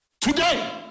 today